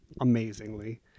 amazingly